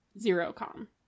Zero-com